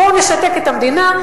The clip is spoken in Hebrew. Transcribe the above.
בואו נשתק את המדינה,